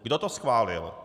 Kdo to schválil?